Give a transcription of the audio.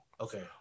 Okay